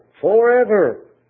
forever